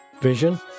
vision